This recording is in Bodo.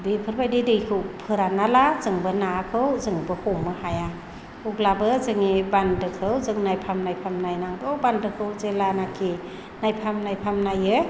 बेफोरबायदि दैखौ फोरानाब्ला नाखौ जोंबो हमनो हाया अब्लाबो जोंनि बान्दोखौ जों नायफाम नायफाम नायनांगौ बान्दोखौ जेब्लानाकि नायफाम नायफाम नायो